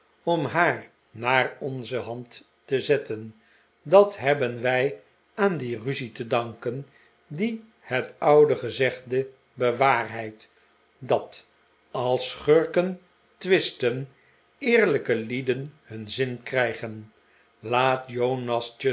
om haar naar onze hand te zetten dat hebben wij aan die ruzie te danken die het oude gezegde bewaarheidt dat als schurken twisten eerlijke lieden hun zin krijgen laat jonas